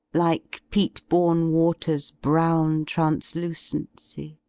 like peat-bom water s brown translucency.